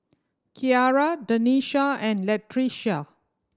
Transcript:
Ciara Denisha and Latricia